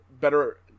better